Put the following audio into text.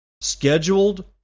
Scheduled